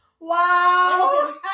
Wow